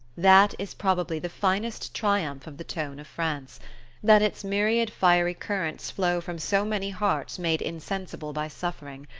that is probably the finest triumph of the tone of france that its myriad fiery currents flow from so many hearts made insensible by suffering,